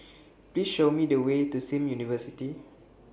Please Show Me The Way to SIM University